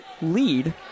lead